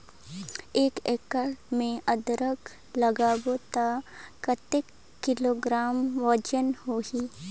एक एकड़ मे अदरक लगाबो त कतेक किलोग्राम वजन होही?